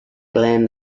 gland